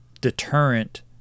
deterrent